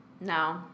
No